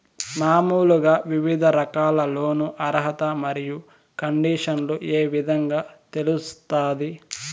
మామూలుగా వివిధ రకాల లోను అర్హత మరియు కండిషన్లు ఏ విధంగా తెలుస్తాది?